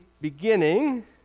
beginning